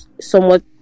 somewhat